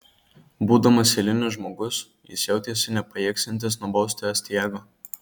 būdamas eilinis žmogus jis jautėsi nepajėgsiantis nubausti astiago